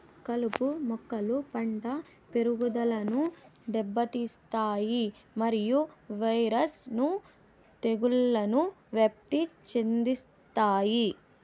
కలుపు మొక్కలు పంట పెరుగుదలను దెబ్బతీస్తాయి మరియు వైరస్ ను తెగుళ్లను వ్యాప్తి చెందిస్తాయి